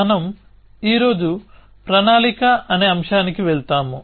మనం ఈ రోజు ప్రణాళిక అనే అంశానికి వెళ్తాము